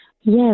yes